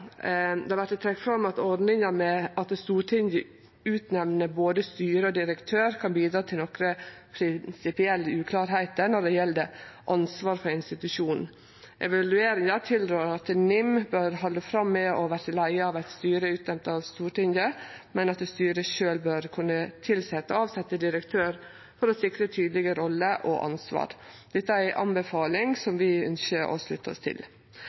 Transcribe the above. Det vert trekt fram at ordninga med at Stortinget utnemner både styre og direktør, kan bidra til nokre prinsipielle uklarheiter når det gjeld ansvar for institusjonen. Evalueringa tilrår at NIM bør halde fram med å verte leia av eit styre utnemnd av Stortinget, men at styret sjølv bør kunne tilsetje og avsetje direktør, for å sikre tydelege roller og ansvar. Dette er ei anbefaling vi ønskjer å slutte oss til.